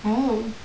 oh